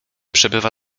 przebywa